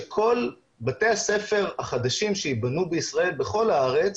שכל בתי הספר החדשים שייבנו בישראל בכל הארץ